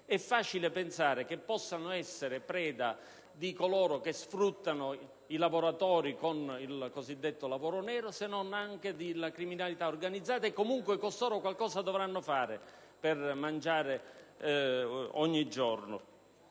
facile pensare che essi possano essere preda di coloro che sfruttano i lavoratori tramite il cosiddetto lavoro nero, se non anche della criminalità organizzata. Comunque costoro qualcosa dovranno fare per poter mangiare ogni giorno.